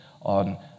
on